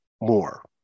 More